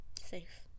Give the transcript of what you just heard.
Safe